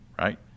right